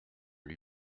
lui